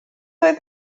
oedd